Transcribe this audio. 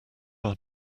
our